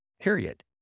period